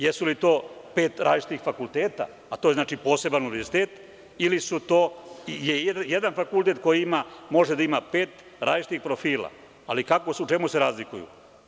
Jesu li to pet različitih fakulteta, a to je znači poseban univerzitet ili su je to jedan fakultet koji može da ima pet različitih profila ali u čemu se razlikuju?